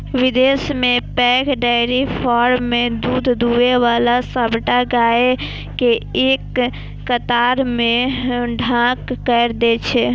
विदेश मे पैघ डेयरी फार्म मे दूध दुहै बला सबटा गाय कें एक कतार मे ठाढ़ कैर दै छै